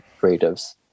creatives